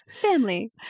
Family